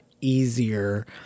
easier